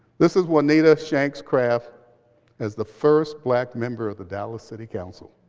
this is juanita shanks craft as the first black member of the dallas city council.